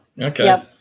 Okay